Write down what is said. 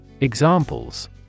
Examples